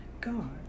God